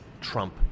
Trump